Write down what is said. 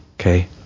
okay